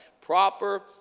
proper